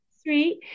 sweet